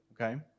okay